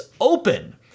open